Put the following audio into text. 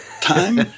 time